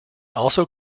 also